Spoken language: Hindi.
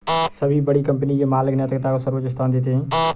सभी बड़ी कंपनी के मालिक नैतिकता को सर्वोच्च स्थान देते हैं